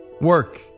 work